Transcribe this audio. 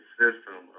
system